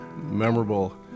memorable